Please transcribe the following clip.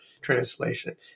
translation